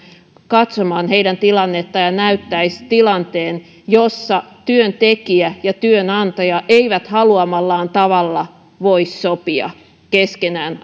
katsomaan heidän tilannettaan ja näyttäisi tilanteen jossa työntekijä ja työnantaja eivät haluamallaan tavalla voi sopia keskenään